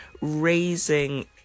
raising